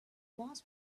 boss